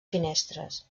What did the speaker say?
finestres